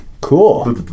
Cool